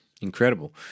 Incredible